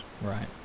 Right